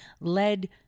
led